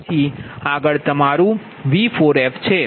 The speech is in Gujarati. તેથી આગળ તમારુંV4f છે